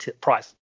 price